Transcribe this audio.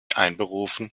einberufen